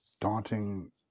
Daunting